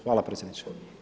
Hvala predsjedniče.